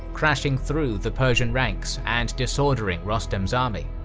crashing through the persian ranks and disordering rostam's army.